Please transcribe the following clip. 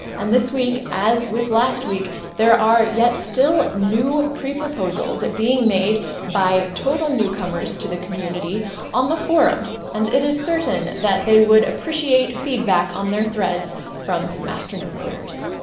and this week as with last week there are yet still new pre-proposals being made by total newcomers to the community on the forum, and it is certain that they would appreciate feedback on their threads from masternode voters.